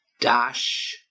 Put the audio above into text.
dash